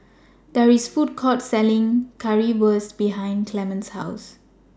There IS A Food Court Selling Currywurst behind Clemens' House